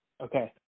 Okay